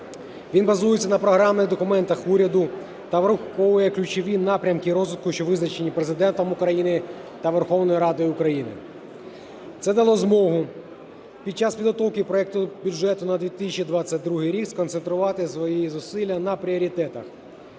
Він базується на програмних документах уряду та враховує ключові напрямки розвитку, що визначені Президентом України та Верховною Радою України. Це дало змогу під час підготовки проекту Бюджету на 2022 рік сконцентрувати свої зусилля на пріоритетах.